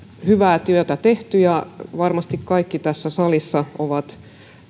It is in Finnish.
hyvää työtä tehty ja varmasti kaikki tässä salissa ovat